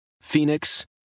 Phoenix